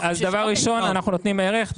אז דבר ראשון, אנחנו נותנים ערך.